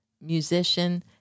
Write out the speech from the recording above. musician